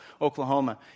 Oklahoma